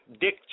Dick